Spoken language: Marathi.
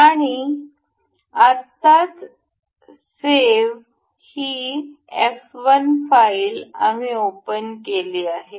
आणि आत्ताच सेव्ह ही एफ १ फाईल आम्ही ओपन केली आहे